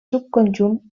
subconjunt